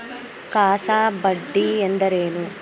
CASA ಬಡ್ಡಿ ಎಂದರೇನು?